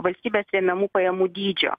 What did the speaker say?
valstybės remiamų pajamų dydžio